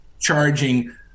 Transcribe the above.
charging